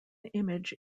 image